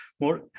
more